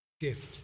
gift